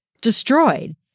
destroyed